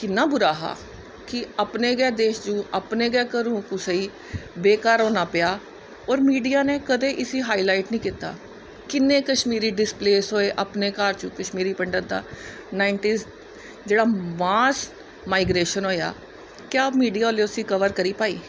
कि'न्ना बुरा हा कि अपने गै देश च अपने गै घरूं कुसे गी बेघर होना पेआ होर मिडिया ने इसी कदें हाई लाइट नीं कित्ता कि'न्ने कश्मीरी डिस्पलेस होए अपने घार चूं कश्मीरी पंडतें दा जेह्ड़ा मास माइग्रेशन होएया क्या मिडिया आह्लें उसी कबर करी पाई